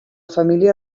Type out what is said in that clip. família